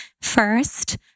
first